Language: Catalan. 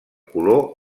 color